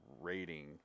rating